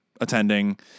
attending